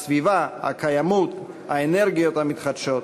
הסביבה, הקיימות, האנרגיות המתחדשות.